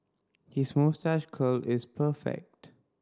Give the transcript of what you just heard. his moustache curl is perfect